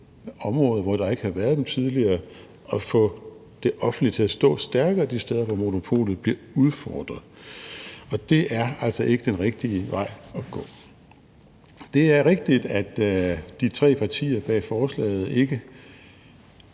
områder, hvor der ikke har været det tidligere, og få det offentlige til at stå stærkere de steder, hvor monopolet bliver udfordret – og det er altså ikke den rigtige vej at gå. Det er rigtigt, at de tre partier bag forslaget ikke